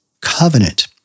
covenant